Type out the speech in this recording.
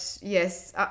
yes